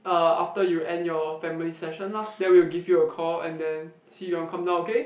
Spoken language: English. uh after you end your family session lah then we'll give you a call and then see you want come down okay